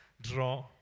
draw